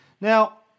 Now